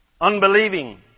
unbelieving